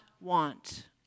want